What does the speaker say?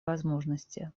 возможности